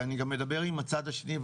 ואני גם מדבר עם הצד השני,